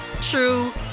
true